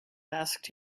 asked